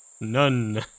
None